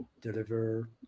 deliver